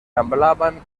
hablaban